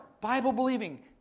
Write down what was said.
Bible-believing